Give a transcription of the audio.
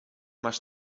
masz